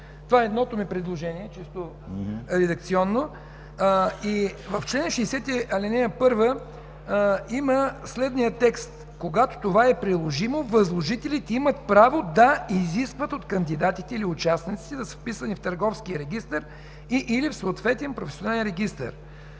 Това е едното ми чисто редакционно предложение. В чл. 60, ал. 1 има следният текст: „Когато това е приложимо, възложителите имат право да изискват от кандидатите или от участниците да са вписани в Търговския регистър и/или в съответен професионален регистър”.